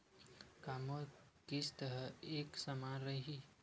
का मोर किस्त ह एक समान रही?